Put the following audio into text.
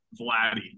Vladdy